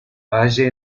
valle